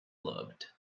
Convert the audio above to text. loved